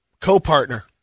co-partner